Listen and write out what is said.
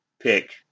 pick